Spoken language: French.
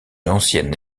ancienne